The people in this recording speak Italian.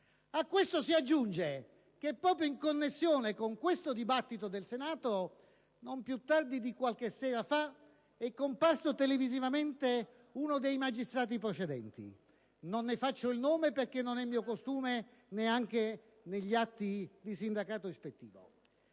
A questo si aggiunge che proprio in connessione con questa discussione del Senato, non più tardi di qualche sera fa è comparso televisivamente uno dei magistrati procedenti. Non ne faccio il nome perché non è mio costume, neanche negli atti di sindacato ispettivo.